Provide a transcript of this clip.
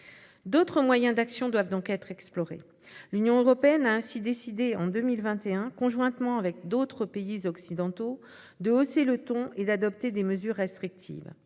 D'autres moyens d'action doivent donc être explorés. L'Union européenne a ainsi décidé, en 2021, conjointement avec d'autres pays occidentaux, de hausser le ton et d'adopter des mesures restrictives.